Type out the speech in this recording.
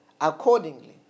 accordingly